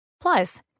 Plus